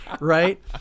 right